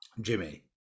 Jimmy